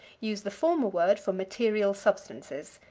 use the former word for material substances,